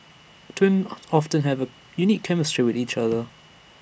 twins often have A unique chemistry with each other